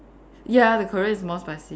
ya the Korean is more spicy